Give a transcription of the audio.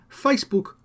Facebook